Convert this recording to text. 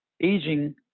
aging